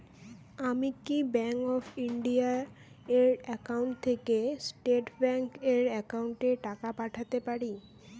আমি কি bank of India এর একাউন্ট থেকে স্টেট ব্যাংক এর একাউন্টে টাকা পাঠাতে পারি?